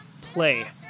play